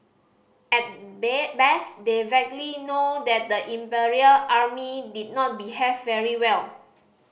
at best they vaguely know that the Imperial Army did not behave very well